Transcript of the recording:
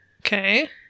Okay